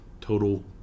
total